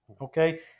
okay